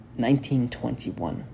1921